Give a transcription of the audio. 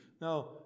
now